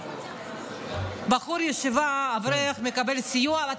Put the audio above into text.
בחור ישיבה, אברך, מקבל סיוע.